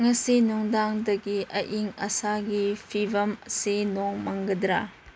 ꯉꯁꯤ ꯅꯨꯡꯗꯥꯡꯗꯒꯤ ꯑꯏꯪ ꯑꯁꯥꯒꯤ ꯐꯤꯚꯝ ꯑꯁꯤ ꯅꯣꯡ ꯃꯪꯒꯗ꯭ꯔꯥ